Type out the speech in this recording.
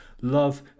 Love